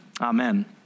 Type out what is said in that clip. amen